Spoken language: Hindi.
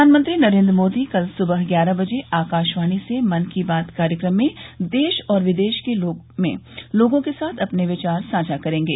प्रधानमंत्री नरेन्द्र मोदी कल सुबह ग्यारह बजे आकाशवाणी से मन की बात कार्यक्रम में देश और विदेश में लोगों के साथ अपने विचार साझा करेंगे